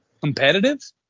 Competitive